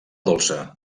dolça